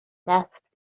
دست